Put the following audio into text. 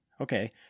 Okay